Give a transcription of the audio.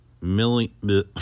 million